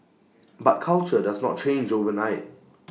but culture does not change overnight